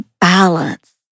balance